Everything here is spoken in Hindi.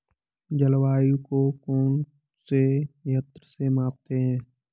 जलवायु को कौन से यंत्र से मापते हैं?